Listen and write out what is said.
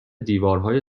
دیوارهای